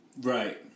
Right